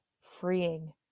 freeing